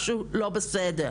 משהו לא בסדר.